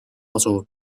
asuv